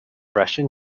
russian